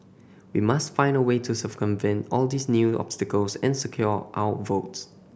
we must find a way to circumvent all these new obstacles and secure our votes